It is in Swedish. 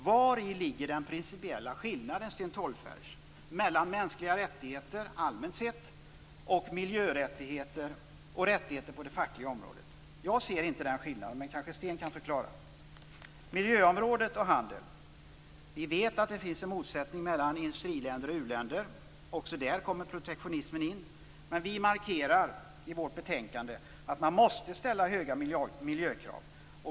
Vari ligger den principiella skillnaden, Sten Tolgfors, mellan mänskliga rättigheter allmänt sett, miljörättigheter och rättigheter på det fackliga området? Jag ser inte den skillnaden, men Sten Tolgfors kanske kan förklara det. När det gäller miljöområdet och handeln vet vi att det finns en motsättning mellan industriländer och uländer. Också där kommer protektionismen in. Men vi markerar i betänkandet att man måste ställa höga miljökrav.